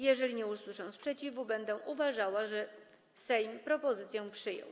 Jeżeli nie usłyszę sprzeciwu, będę uważała, że Sejm propozycję przyjął.